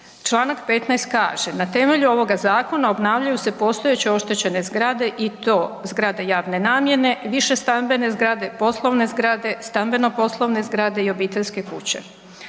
Članak 15. kaže, na temelju ovoga zakona obnavljaju se postojeće oštećene zgrade i to zgrade javne namjene, višestambene zgrade, poslovne zgrade, stambeno-poslovne zgrade i obiteljske kuće.